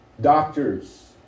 doctors